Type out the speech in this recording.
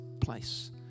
place